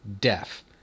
deaf